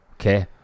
Okay